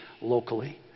locally